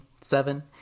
seven